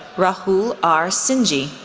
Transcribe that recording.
rahul r. singi,